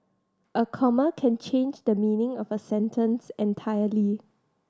a comma can change the meaning of a sentence entirely